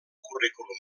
currículum